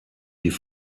die